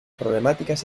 problemáticas